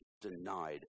denied